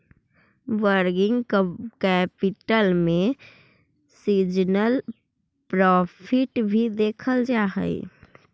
working capital में seasonal profit भी देखल जा हई